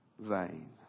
vain